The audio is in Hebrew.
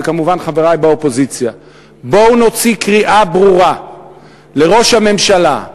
וכמובן לחברי האופוזיציה: בואו נוציא קריאה ברורה לראש הממשלה,